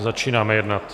Začínáme jednat.